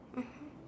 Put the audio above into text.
mmhmm